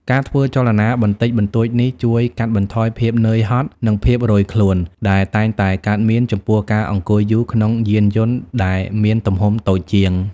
ការធ្វើចលនាបន្តិចបន្តួចនេះជួយ កាត់បន្ថយភាពនឿយហត់ និងភាពរោយខ្លួន ដែលតែងតែកើតមានចំពោះការអង្គុយយូរក្នុងយានយន្តដែលមានទំហំតូចជាង។